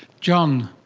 john,